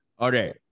Okay